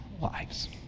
lives